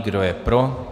Kdo je pro?